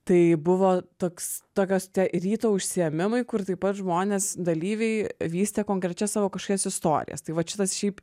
tai buvo toks tokios ryto užsiėmimai kur taip pat žmonės dalyviai vystė konkrečias savo kažkas istorijas tai vat šitas šiaip